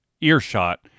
earshot